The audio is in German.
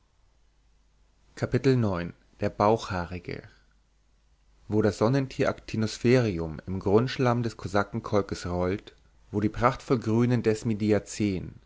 der bauchhaarige wo das sonnentier actinosphaerium im grundschlamm des kosakenkolkes rollt wo die prachtvoll grünen desmidiazeen